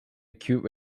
acute